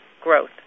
growth